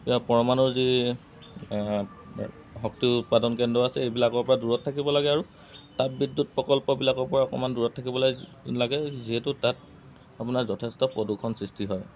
এতিয়া পৰমাণুৰ যি শক্তি উৎপাদন কেন্দ্ৰ আছে সেইবিলাকৰপৰা দূৰত থাকিব লাগে আৰু তাপ বিদ্যুৎ প্ৰকল্পবিলাকৰপৰা অকণমান দূৰত থাকিব লাগে লাগে যিহেতু তাত আপোনাৰ যথেষ্ট প্ৰদূষণ সৃষ্টি হয়